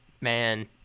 man